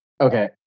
Okay